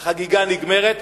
החגיגה נגמרת,